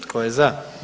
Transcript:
Tko je za?